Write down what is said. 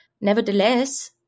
nevertheless